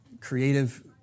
creative